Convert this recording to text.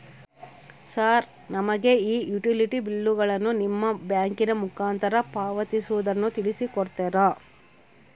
Sir ನಮಗೆ ಈ utility ಬಿಲ್ಲುಗಳನ್ನು ನಿಮ್ಮ ಬ್ಯಾಂಕಿನ ಮುಖಾಂತರ ಪಾವತಿಸುವುದನ್ನು ತಿಳಿಸಿ ಕೊಡ್ತೇರಾ?